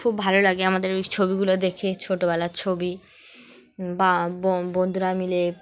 খুব ভালো লাগে আমাদের ওই ছবিগুলো দেখে ছোটোবেলার ছবি বা বন্ধুরা মিলে